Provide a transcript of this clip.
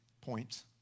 point